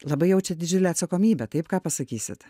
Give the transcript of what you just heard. labai jaučiat didžiulę atsakomybę taip ką pasakysit